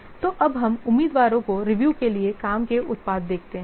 तो अब हम उम्मीदवारों को रिव्यू के लिए काम के उत्पाद देखते हैं